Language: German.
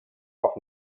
auf